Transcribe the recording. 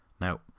Now